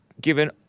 given